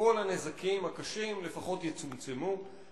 וכל הנזקים הקשים, לפחות יצומצמו.